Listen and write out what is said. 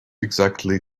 exactly